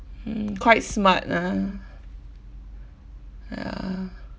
hmm quite smart ah ya